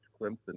Clemson